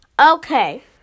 Okay